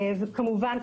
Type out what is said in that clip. וכמובן,